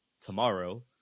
tomorrow